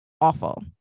awful